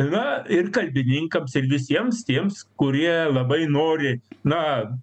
na ir kalbininkams ir visiems tiems kurie labai nori na